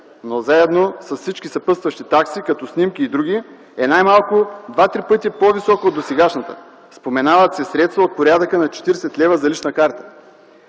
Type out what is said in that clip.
Но заедно с всички съпътстващи такси като снимки и други, е най-малко два-три пъти по-висока от досегашната. Споменават се средства от порядъка на 40 лв. за лична карта.